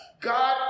God